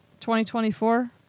2024